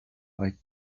high